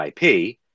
IP